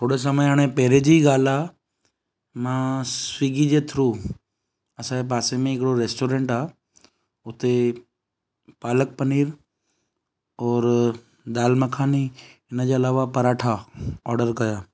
थोरे समय हाणे पहिरें जी ॻाल्हि आहे मां स्विगी जे थ्रू असांजे पासे में हिकिड़ो रेस्टोरेंट आहे उते पालक पनीर और दाल मखानी उनजे अलावा पराठा ऑडर कया